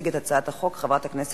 לקריאה ראשונה.